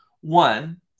One